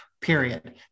Period